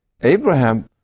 Abraham